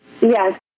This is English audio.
Yes